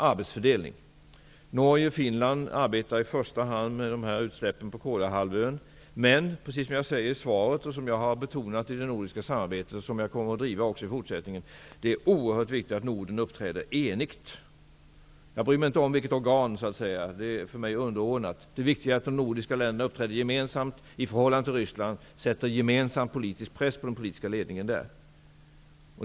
Arbetsfördelning gäller. Norge och Finland arbetar i första hand med utsläppen på Kolahalvön. Men det är, som jag säger i svaret, oerhört viktigt att Norden uppträder enigt. Det har jag betonat i det nordiska samarbetet, och jag kommer att driva tesen också i fortsättningen. Jag bryr mig inte om i vilket organ -- det är för mig underordnat. Det viktiga är att de nordiska länderna uppträder gemensamt i förhållande till Ryssland och sätter gemensam politisk press på den politiska ledningen där.